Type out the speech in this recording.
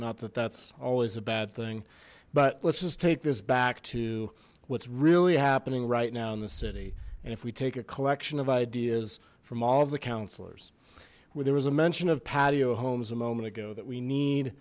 not that that's always a bad thing but let's just take this back to what's really happening right now in the city and if we take a collection of ideas from all the councillors where there was a mention of patio homes a moment ago that we need